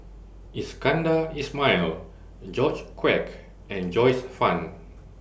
Iskandar Ismail George Quek and Joyce fan